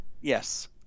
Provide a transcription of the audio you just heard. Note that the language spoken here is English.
Yes